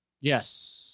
Yes